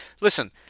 listen